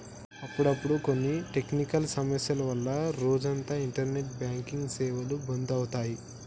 అప్పుడప్పుడు కొన్ని టెక్నికల్ సమస్యల వల్ల రోజంతా ఇంటర్నెట్ బ్యాంకింగ్ సేవలు బంధు అవుతాయి